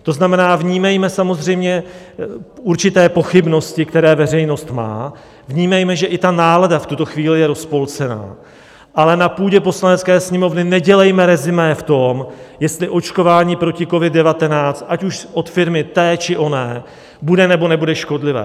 To znamená, vnímejme samozřejmě určité pochybnosti, které veřejnost má, vnímejme, že i ta nálada v tuto chvíli je rozpolcená, ale na půdě Poslanecké sněmovny nedělejme resumé v tom, jestli očkování proti COVID19, ať už od firmy té, či oné, bude nebo nebude škodlivé.